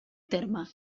terme